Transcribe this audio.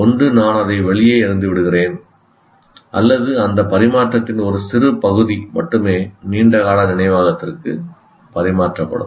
ஒன்று நான் அதை வெளியே எறிந்துவிடுகிறேன் அல்லது அந்த பரிமாற்றத்தின் ஒரு சிறு பகுதி மட்டுமே நீண்டகால நினைவகத்திற்கு மாற்றப்படும்